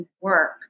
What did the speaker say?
work